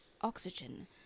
oxygen